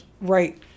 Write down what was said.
right